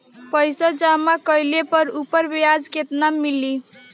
पइसा जमा कइले पर ऊपर ब्याज केतना मिली?